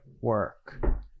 work